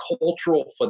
cultural